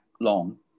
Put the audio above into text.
long